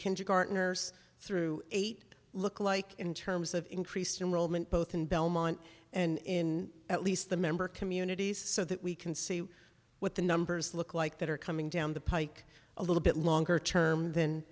kindergartners through eight look like in terms of increased in roman both in belmont and in at least the member communities so that we can see what the numbers look like that are coming down the pike a little bit longer term th